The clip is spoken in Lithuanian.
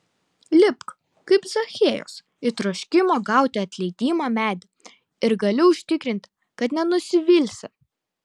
lipk kaip zachiejus į troškimo gauti atleidimą medį ir galiu užtikrinti kad nenusivilsi